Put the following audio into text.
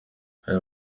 aya